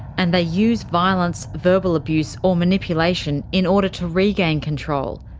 and they use violence, verbal abuse or manipulation in order to regain control.